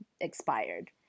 expired